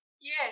Yes